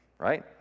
right